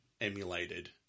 emulated